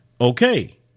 Okay